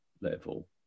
level